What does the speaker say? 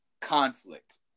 conflict